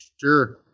Sure